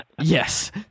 Yes